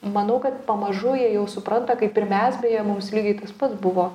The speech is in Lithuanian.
manau kad pamažu jie jau supranta kaip ir mes beje mums lygiai tas pats buvo